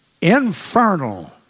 infernal